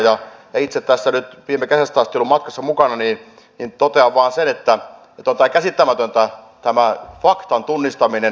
kun itse tässä nyt viime kesästä asti olen ollut matkassa mukana niin totean vain sen että tämä faktan tunnistaminen on käsittämätöntä